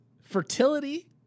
fertility